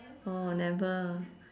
orh never